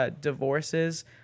divorces